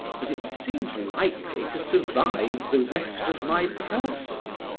that it seemed likely to survive the rest of my person.